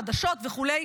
חדשות וכו',